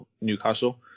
Newcastle